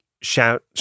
shout